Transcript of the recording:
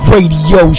Radio